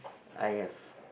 I have